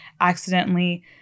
accidentally